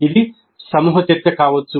ఇది సమూహ చర్చ కావచ్చు